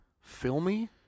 Filmy